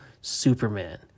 Superman